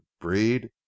breed